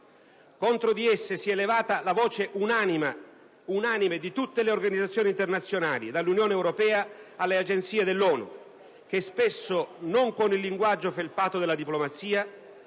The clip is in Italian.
Contro di esse si è levata la voce unanime di tutte le organizzazioni internazionali, dall'Unione europea alle Agenzie dell'ONU, che spesso, non con il linguaggio felpato della diplomazia,